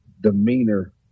demeanor